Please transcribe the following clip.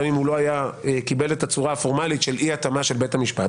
גם אם הוא לא קיבל את הצורה הפורמלית של אי התאמה של בית המשפט.